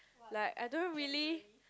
like I don't really